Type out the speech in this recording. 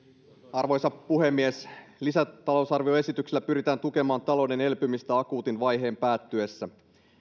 arvoisa puhemies lisätalousarvioesityksellä pyritään tukemaan talouden elpymistä akuutin vaiheen päättyessä